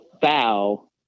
foul